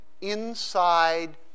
Inside